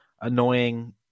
annoying